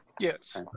Yes